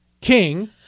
King—